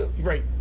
right